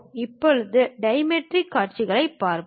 இப்போது டைமெட்ரிக் காட்சியைப் பார்ப்போம்